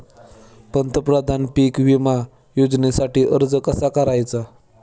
प्रधानमंत्री पीक विमा योजनेसाठी अर्ज कसा करायचा?